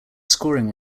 scoring